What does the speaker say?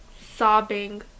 sobbing